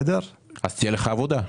אז תהיה לך עבודה.